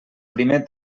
primer